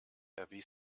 erwies